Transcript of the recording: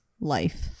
life